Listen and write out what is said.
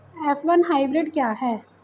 F one hybrid क्या है?